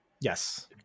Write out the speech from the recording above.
yes